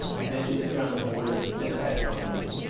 you mentioned that you're on the board of some fintech companies.